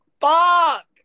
Fuck